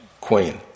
queen